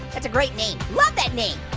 that's a great name. love that name.